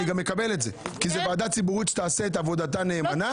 אני גם מקבל את זה כי זאת ועדה ציבורית שתעשה את עבודתה נאמנה.